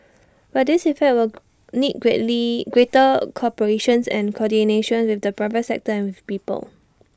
but this effort will need greatly greater cooperation's and coordination with the private sector and with people